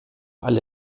alle